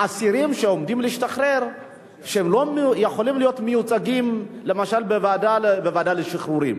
האסירים שעומדים להשתחרר לא יכולים להיות מיוצגים למשל בוועדה לשחרורים.